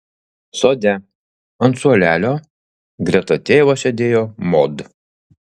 sode ant suolelio greta tėvo sėdėjo mod